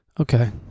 Okay